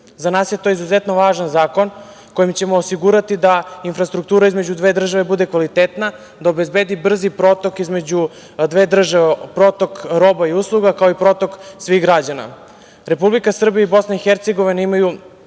nas je to izuzetno važan zakon kojim ćemo osigurati da infrastruktura između dve države bude kvalitetna, da obezbedi brzi protok između dve države, protok roba i usluga, kao i protok svih građana. Republika Srbija i Bosna i Hercegovina imaju